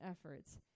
efforts